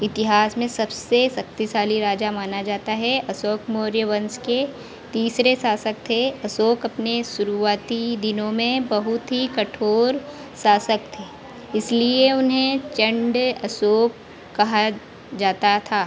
इतिहास में सबसे शक्तिशाली राजा माना जाता है अशोक मौर्या वंश के तीसरे शासक थे अशोक अपने शुरूआती दिनों में बहुत ही कठोर शासक थे इसलिए उन्हें अशोक कहा जाता था